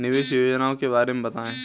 निवेश योजनाओं के बारे में बताएँ?